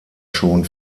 schon